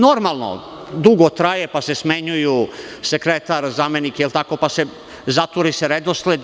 Normalno, dugo traje, pa se smenjuju sekretar, zamenik, pa se zaturi redosled.